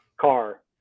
car